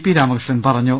P Ramakrishnan പറഞ്ഞു